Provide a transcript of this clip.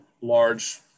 large